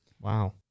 Wow